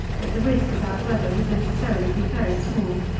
that the risk about weather would necessarily be very small.